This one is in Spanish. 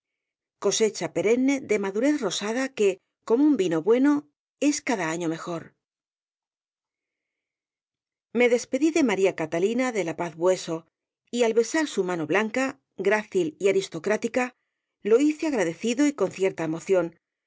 cosecha perenne de madurez rosada que como un vino bueno es cada año mejor me despedí de maría catalina de la paz bueso y al besar su mano blanca grácil y aristócrata lo hice agradecido y con cierta emoción